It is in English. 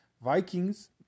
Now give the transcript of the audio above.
Vikings